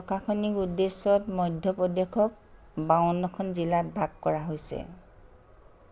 প্ৰশাসনিক উদ্দেশ্যত মধ্যপ্ৰদেশক বাৱন্নখন জিলাত ভাগ কৰা হৈছে